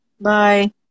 Bye